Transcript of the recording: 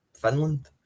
Finland